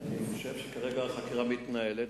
אני חושב שכרגע החקירה מתנהלת,